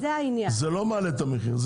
זה לא מעלה את המחיר,